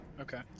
Okay